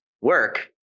work